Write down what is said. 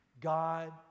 God